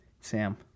Sam